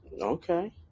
okay